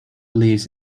leaves